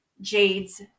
Jade's